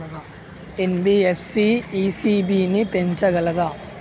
NBFC ECB ని పెంచగలదా?